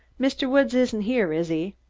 mr. woods isn't here, is he?